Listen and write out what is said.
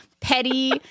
petty